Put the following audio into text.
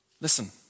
Listen